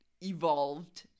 evolved